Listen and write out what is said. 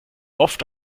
oft